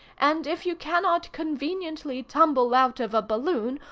and if you cannot conveniently tumble out of a balloon,